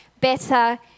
better